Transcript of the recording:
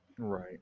right